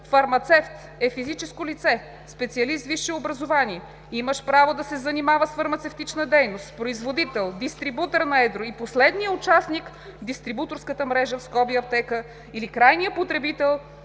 „Фармацевт“ е физическо лице, специалист с висше образование, имащ право да се занимава с фармацевтична дейност, производител, дистрибутор на едро и последният участник в дистрибуторската мрежа (аптека) или крайният потребител